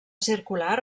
circular